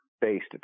based